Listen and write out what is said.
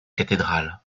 cathédral